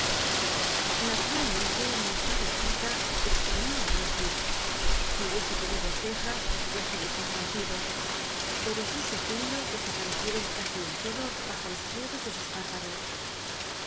l extraiió á ul'iah l eep si hubiese tenido cejas las hubiese fruncido pero sus ojillos desaparecieron c del lodo bajo los pliegues de sus